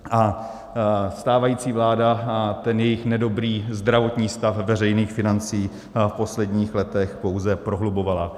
A stávající vláda ten nedobrý zdravotní stav veřejných financí v posledních letech pouze prohlubovala.